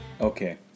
Okay